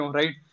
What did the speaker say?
right